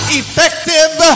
effective